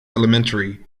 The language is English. elementary